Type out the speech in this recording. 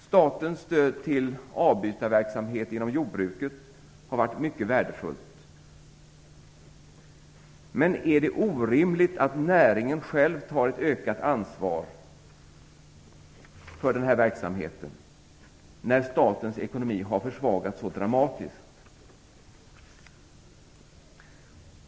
Statens stöd till avbytarverksamhet inom jordbruket har varit mycket värdefullt. Men är det orimligt att näringen själv tar ett ökat ansvar för den här verksamheten, när statens ekonomi har försvagats så dramatiskt?